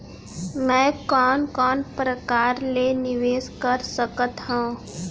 मैं कोन कोन प्रकार ले निवेश कर सकत हओं?